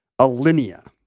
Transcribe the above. Alinea